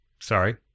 Sorry